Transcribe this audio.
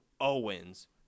Owens